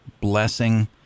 blessing